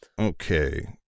Okay